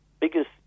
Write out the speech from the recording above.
biggest